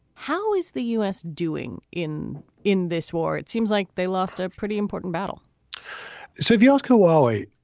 how is the u s. doing in in this war? it seems like they lost a pretty important battle so if you ask her why,